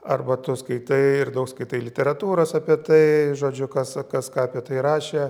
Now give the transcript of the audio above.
arba tu skaitai ir daug skaitai literatūros apie tai žodžiu kas kas ką apie tai rašė